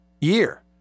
year